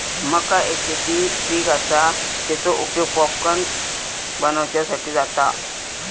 मका एक शेती पीक आसा, तेचो उपयोग पॉपकॉर्न बनवच्यासाठी जाता